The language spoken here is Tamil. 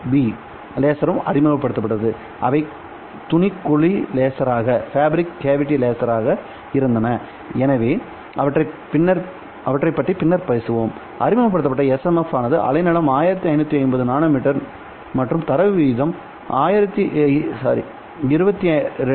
பி லேசரும் அறிமுகப்படுத்தப்பட்டது அவை துணி குழி லேசராக இருந்தன எனவே அவற்றைப் பற்றி பின்னர் பேசுவோம் அறிமுகப்படுத்தப்பட்ட SMF ஆனது அலைநீளம் 1550 நானோ மீட்டர் மற்றும் தரவு வீதம் 2